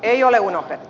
ei ole unohdettu